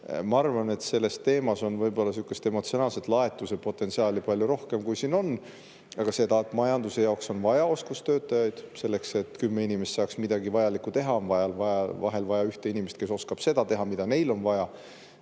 Ma arvan, et selles teemas on võib-olla emotsionaalselt laetuse potentsiaali palju rohkem, kui siin [tegelikult] on. Aga majanduse jaoks on vaja oskustöötajaid. Selleks et kümme inimest saaks midagi vajalikku teha, on vahel vaja ühte inimest, kes oskab seda teha, mida neil on vaja.